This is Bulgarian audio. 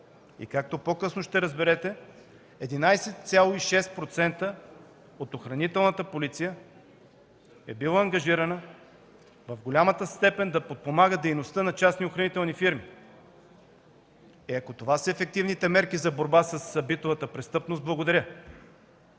И, както по-късно ще разберете,11,6% от „Охранителна полиция” е била ангажирана в голяма степен да подпомага дейността на частни охранителни фирми. Е, ако това са ефективните мерки за борба с битовата престъпност – благодаря!